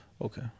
Okay